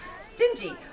stingy